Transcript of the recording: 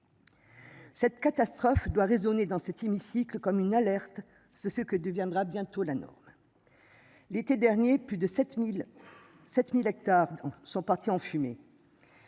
Cette catastrophe doit résonner dans cet hémicycle comme une alerte ce ce que deviendra bientôt la norme. L'été dernier, plus de 7007, 1000 hectares dont sont partis en fumée.